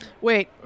Wait